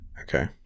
Okay